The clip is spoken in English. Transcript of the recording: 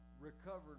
recovered